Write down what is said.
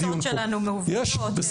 התפיסות שלנו מעוותות.